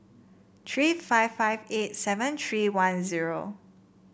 three five five eight seven three one zero